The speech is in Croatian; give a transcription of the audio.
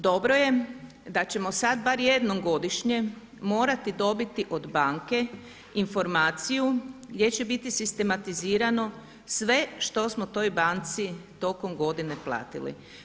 Dobro je da ćemo sad bar jednom godišnje morati dobiti od banke informaciju gdje će biti sistematizirano sve što smo toj banci tokom godine platili.